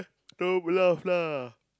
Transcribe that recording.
don't laugh lah